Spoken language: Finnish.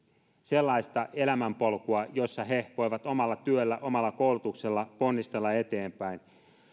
sellaista elämänpolkua jossa he voivat omalla työllä omalla koulutuksella ponnistella eteenpäin